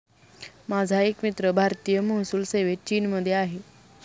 माझा एक मित्र भारतीय महसूल सेवेत चीनमध्ये आहे